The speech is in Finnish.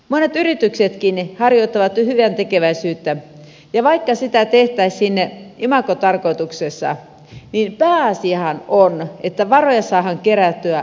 monet yrityksetkin harjoittavat hyväntekeväisyyttä ja vaikka sitä tehtäisiin imagotarkoituksessa niin pääasiahan on että varoja saadaan kerättyä hyvään tarkoitukseen